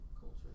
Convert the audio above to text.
culture